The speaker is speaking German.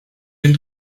den